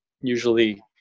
usually